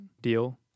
deal